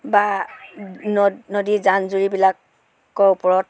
বা নদ নদী জান জুৰিবিলাকৰ ওপৰত